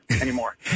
anymore